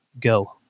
Go